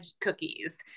cookies